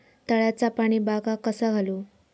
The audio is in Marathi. तळ्याचा पाणी बागाक कसा घालू?